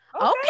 Okay